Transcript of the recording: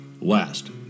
Last